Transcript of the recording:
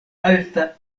alta